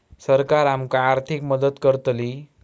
सरकार आमका आर्थिक मदत करतली?